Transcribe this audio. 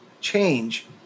change